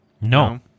No